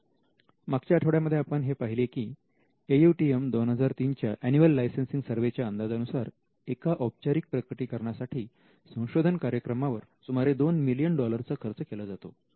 मागच्या आठवड्यामध्ये आपण हे पाहिले आहे की AUTM 2003 च्या अन्यूअल लायसनसिंग सर्वे च्या अंदाजानुसार एका औपचारिक प्रकटीकरणा साठी संशोधन कार्यक्रमांवर सुमारे दोन मिलियन डॉलरचा खर्च केला जातो